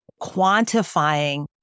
quantifying